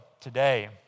today